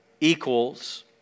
equals